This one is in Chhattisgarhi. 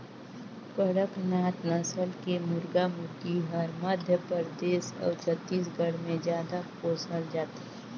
कड़कनाथ नसल के मुरगा मुरगी हर मध्य परदेस अउ छत्तीसगढ़ में जादा पोसल जाथे